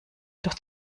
durch